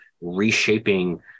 reshaping